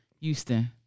Houston